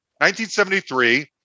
1973